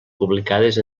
publicades